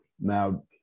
Now